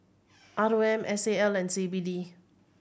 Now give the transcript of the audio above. R O M S A L and C B D